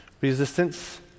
resistance